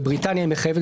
בבריטניה היא מחייבת,